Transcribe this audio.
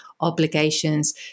obligations